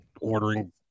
ordering